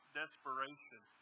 desperation